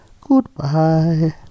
Goodbye